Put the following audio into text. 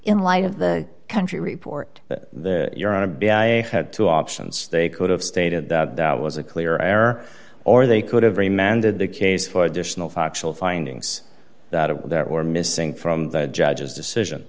in light of the country report that you're on to be i had two options they could have stated that that was a clear error or they could have a man did the case for additional factual findings that if there were missing from the judge's decision